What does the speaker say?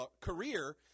career